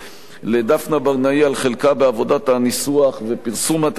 לדפנה ברנאי על חלקה בעבודת הניסוח ופרסום התקנון.